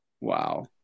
Wow